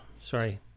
Sorry